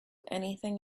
anything